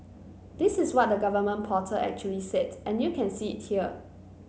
this is what the government portal actually said and you can see it here